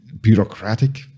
bureaucratic